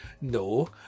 No